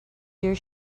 their